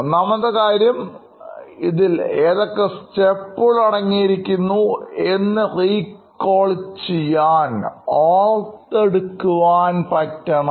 ഒന്നാമത്തെ കാര്യം ഇതിൽ ഏതൊക്കെ സ്റ്റെപ്പുകൾ അടങ്ങിയിരിക്കുന്നു എന്ന് ഓർത്തെടുക്കുവാൻ പറ്റണം